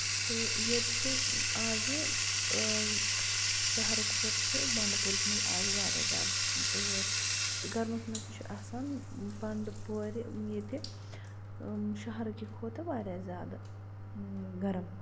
تہٕ ییٚتہِ چھُ آزٕ شہرٕ کھۄتہٕ چھُ بَنڈٕپوٗرِس منٛز آو واریاہ زیادٕ تۭر تہٕ گرمَس منٛز تہِ چھُ آسان بَنڈپورِ ییٚتہِ شہرٕ کہِ کھۄتہٕ واریاہ زیادٕ گرٕم